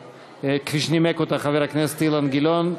כפי שנימק אותה חבר הכנסת אילן גילאון,